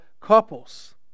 couples